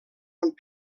amb